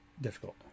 difficult